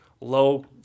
low